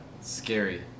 Scary